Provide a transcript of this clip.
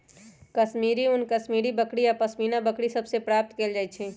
कश्मीरी ऊन कश्मीरी बकरि आऽ पशमीना बकरि सभ से प्राप्त कएल जाइ छइ